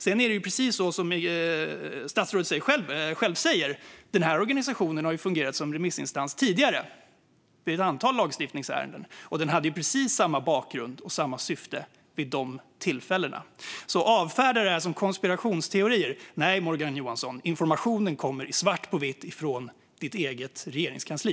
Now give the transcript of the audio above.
Sedan är det precis som migrationsministern säger så att organisationen har fungerat som remissinstans tidigare i ett antal lagstiftningsärenden. Den hade precis samma bakgrund och syfte vid de tillfällena. När det gäller att avfärda detta som konspirationsteorier: Nej, Morgan Johansson, informationen kommer i svart på vitt från ditt eget regeringskansli.